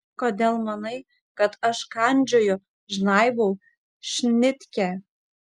kodėl manai kad aš kandžioju žnaibau šnitkę